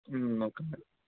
okay madam